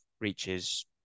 reaches